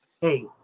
Hey